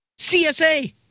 CSA